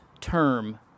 term